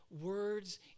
words